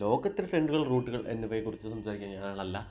ലോകത്തിൽ ട്രെൻഡുകൾ റൂട്ടുകൾ എന്നിവയെ കുറിച്ച് സംസാരിക്കാൻ ഞാനാളല്ല